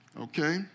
okay